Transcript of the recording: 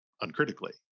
uncritically